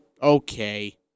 Okay